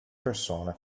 persone